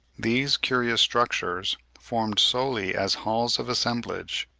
these curious structures, formed solely as halls of assemblage,